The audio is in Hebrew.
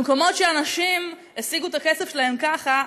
במקומות שאנשים השיגו את הכסף שלהם ככה,